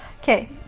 Okay